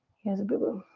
he as a boo-boo.